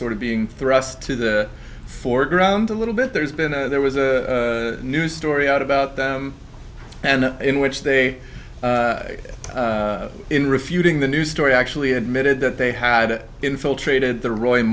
sort of being thrust to the foreground a little bit there's been there was a news story out about them and in which they in refuting the news story actually admitted that they had infiltrated the roy